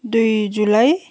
दुई जुलाई